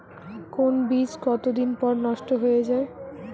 কোন বীজ কতদিন পর নষ্ট হয়ে য়ায়?